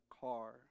car